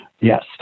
yes